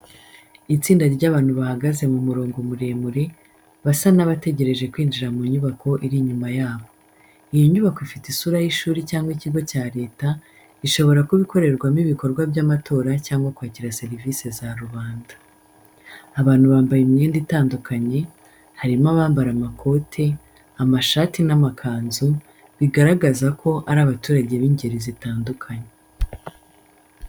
Itsinda ry’abantu bahagaze mu murongo muremure, basa n’abategereje kwinjira mu nyubako iri inyuma yabo. Iyo nyubako ifite isura y’ishuri cyangwa ikigo cya Leta, ishobora kuba ikorerwamo ibikorwa by’amatora cyangwa kwakira serivisi za rubanda. Abantu bambaye imyenda itandukanye, harimo abambara amakoti, ibishati, n’amakanzu, bigaragaza ko ari abaturage b’ingeri zitandukanye.